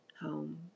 Home